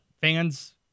fans